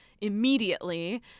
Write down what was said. immediately